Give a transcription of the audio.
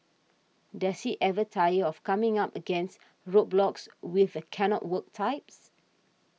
does she ever tire of coming up against roadblocks with the cannot work types